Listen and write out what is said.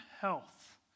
health